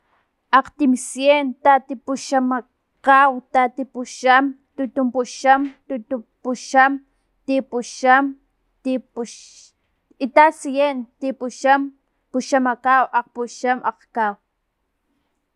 Akgtimciento, tatipuxama kau, tatipuxama, tutumpuxam, tutumpuxam, tipuxam, tipux, itatsien, tipuxam, puxamakau, akgpuxam, akhkaw.